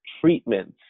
treatments